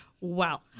Wow